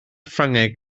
ffrangeg